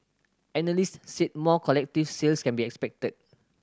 analysts said more collective sales can be expected